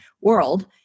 world